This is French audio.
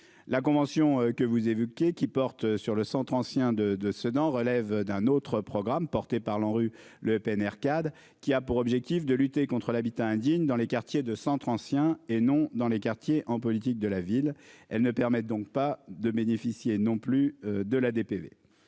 La convention que vous évoquez qui porte sur le centre ancien de de Sedan relève d'un autre programme porté par l'ANRU le PNR quad qui a pour objectif de lutter contre l'habitat indigne dans les quartiers de centre-ancien et non dans les quartiers en politique de la ville. Elle ne permettent donc pas de bénéficier non plus de la DPV,